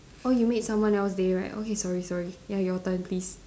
oh you made someone else day right okay sorry sorry ya your turn please